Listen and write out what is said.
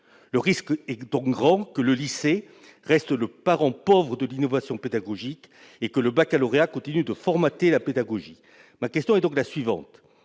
Le risque est donc grand que le lycée reste le parent pauvre de l'innovation pédagogique et que le baccalauréat continue de formater la pédagogie. Ma question est donc la suivante.